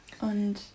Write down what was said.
Und